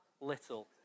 little